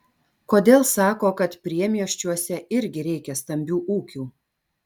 kodėl sako kad priemiesčiuose irgi reikia stambių ūkių